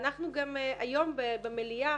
ואנחנו גם היום במליאה,